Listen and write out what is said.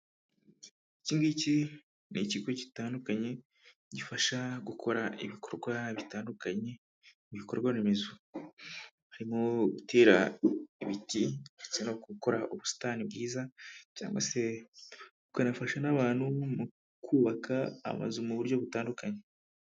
Iki ngiki ni ikigo gitandukanye gifasha gukora ibikorwa bitandukanye mu bikorwa remezo ,harimo gutera ibiti ndetse no gukora ubusitani bwiza cyangwa se ukanafasha n'abantu mu kubaka amazu mu buryo butandukanye.